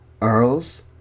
Earl's